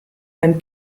beim